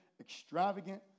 extravagant